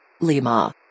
Lima